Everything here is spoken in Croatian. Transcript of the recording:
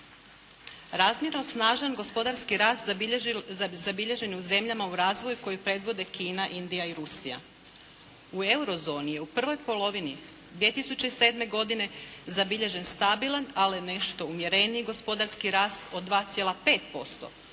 Razmjerno snažan gospodarski rast zabilježen je u zemljama u razvoju koji predvode Kina, Indija i Rusija. U euro zoni je u prvoj polovini 2007. godine zabilježen stabilan ali nešto umjereniji gospodarski rast od 2,5%